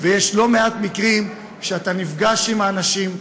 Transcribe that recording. ויש לא מעט מקרים שאתה נפגש עם אנשים,